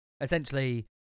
essentially